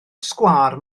sgwâr